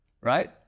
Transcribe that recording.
right